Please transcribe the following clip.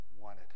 wanted